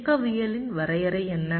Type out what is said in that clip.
இயக்கவியலின் வரையறை என்ன